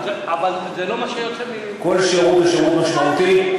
אבל זה לא מה שיוצא, כל שירות הוא שירות משמעותי.